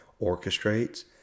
orchestrates